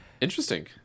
Interesting